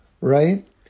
Right